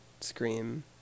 scream